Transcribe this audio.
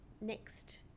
next